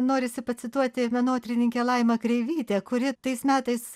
norisi pacituoti menotyrininkę laimą kreivytę kuri tais metais